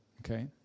okay